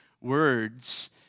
words